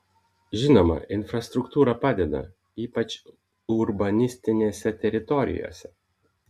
žinoma infrastruktūra padeda ypač urbanistinėse teritorijose